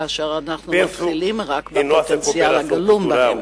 כאשר מתחילים רק בפוטנציאל הגלום בהן.